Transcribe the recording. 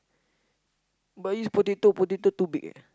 but this potato potato too big eh